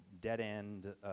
dead-end